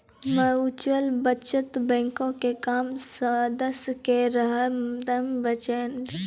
mutual बचत बैंको के काम सदस्य के हरदमे बचाना छै